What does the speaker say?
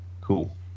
Cool